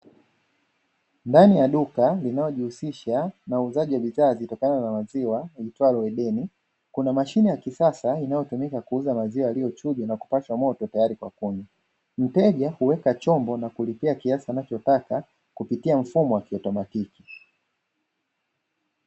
Ndani ya duka linalojihusisha na uuzaji wa bidhaa zitokanazo na maziwa, kuna mashine ya kisasa inayotumika kuuza maziwa yaliyochujwa, na kupashwa moto tayari kwa kunywa. Mteja huweka chombo na kulipia kiasi anachotaka, kupitia mfumo wa kiautomatiki.